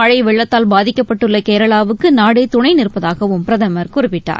மழை வெள்ளத்தால் பாதிக்கப்பட்டுள்ள கேரளாவுக்கு நாடே துணை நிற்பதாகவும் பிரதமர் குறிப்பிட்டார்